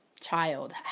child